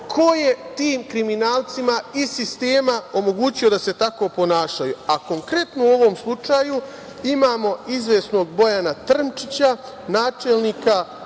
ko je tim kriminalcima iz sistema omogućio da se tako ponašaju, a konkretno u ovom slučaju imamo izvesnog Bojana Trnčića, načelnika